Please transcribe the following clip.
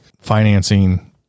financing